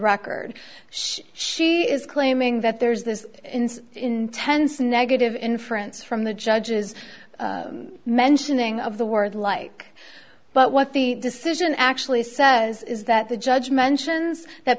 record she is claiming that there's this intense negative inference from the judge's mentioning of the word like but what the decision actually says is that the judge mentions that